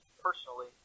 personally